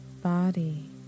Body